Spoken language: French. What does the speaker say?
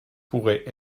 pourrait